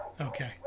Okay